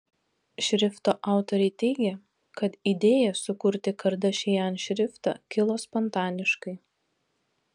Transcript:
šrifto autoriai teigia kad idėja sukurti kardashian šriftą kilo spontaniškai